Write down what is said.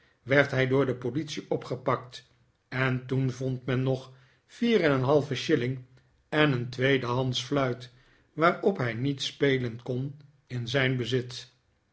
werd hij door de politie opgepakt en toen vond men nog vier en een halven shilling en een tweedehandsch fluit waarop hij niet spelen kon in zijn bezit